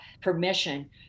permission